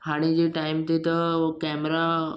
हाणे जे टाइम ते त उहो कॅमरा